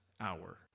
hour